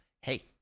hey